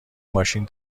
ماشین